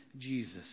Jesus